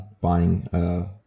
buying